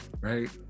Right